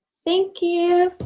thank you.